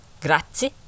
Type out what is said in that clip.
Grazie